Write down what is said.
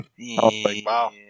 Wow